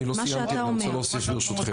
אני לא סיימתי, אני רוצה להוסיף ברשותכם.